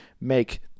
make